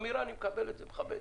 אמירה ואני מקבל את זה ומכבד.